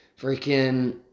freaking